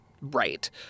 right